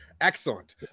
Excellent